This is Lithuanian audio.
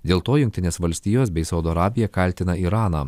dėl to jungtinės valstijos bei saudo arabija kaltina iraną